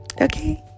okay